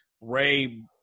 Ray